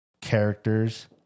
characters